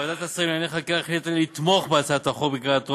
ועדת השרים לענייני חקיקה החליטה לתמוך בהצעת החוק בקריאה הטרומית,